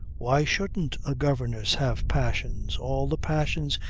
why shouldn't a governess have passions, all the passions,